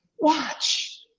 watch